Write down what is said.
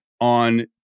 on